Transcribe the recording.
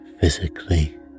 physically